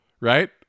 right